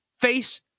face